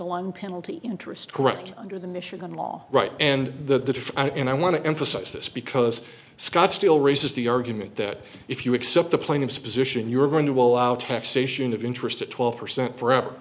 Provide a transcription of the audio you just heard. standalone penalty interest correct under the michigan law right and the i and i want to emphasize this because scott still raises the argument that if you accept the plaintiff's position you're going to allow taxation of interest at twelve percent forever